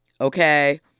Okay